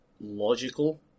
logical